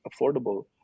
affordable